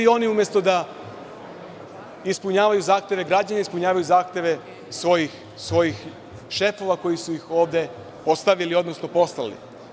Oni umesto da ispunjavaju zahteve građana, ispunjavaju zahteve svojih šefova koji su ih ovde postavili, odnosno poslali.